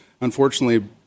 unfortunately